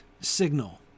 signal